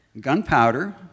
gunpowder